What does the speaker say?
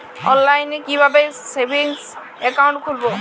অনলাইনে কিভাবে savings account খুলবো?